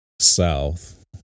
south